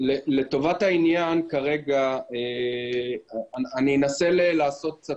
לטובת העניין כרגע אני אנסה לעשות קצת